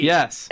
Yes